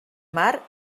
mar